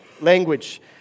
language